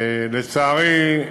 לצערי,